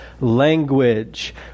language